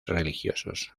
religiosos